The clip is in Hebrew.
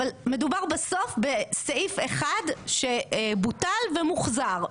בסוף מדובר בסעיף אחד שבוטל ומוחזר.